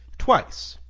twice,